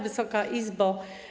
Wysoka Izbo!